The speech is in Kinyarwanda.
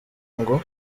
ngo